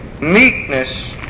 meekness